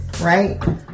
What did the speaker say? right